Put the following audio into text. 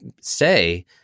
say